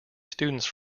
students